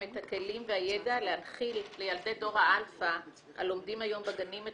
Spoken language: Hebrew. את הכלים והידע להנחיל לילדי דור האלפא הלומדים היום בגנים את